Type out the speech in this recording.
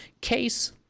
case